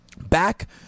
back